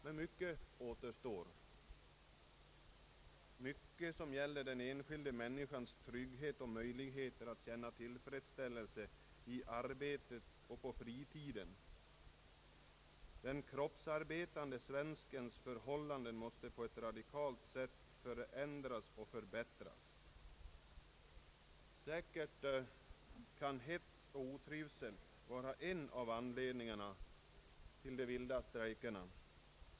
Men mycket återstår, mycket som gäller den enskilda människans trygghet och möjlighet att känna tillfredsställelse i arbetet och på fritiden. Den kroppsarbetande svenskens förhållanden måste på ett radikalt sätt förändras och förbättras. Säkert kan hets och otrivsel vara en av anledningarna till de vilda strejkerna.